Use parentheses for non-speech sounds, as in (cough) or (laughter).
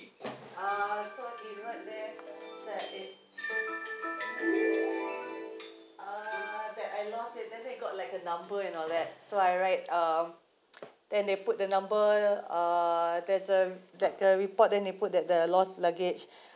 uh so it wrote there that it's uh that I lost it then they got like a number and all the so I write um then they put the number uh there's a that the report then they put at the lost luggage (breath)